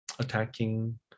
attacking